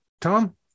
Tom